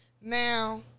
Now